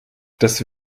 das